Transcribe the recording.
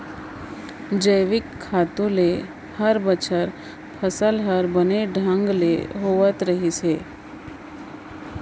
जैविक खातू ले हर बछर फसल हर बने ढंग ले होवत रहिस हे